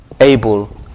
able